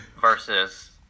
versus